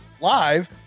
live